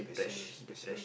depression depression